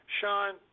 Sean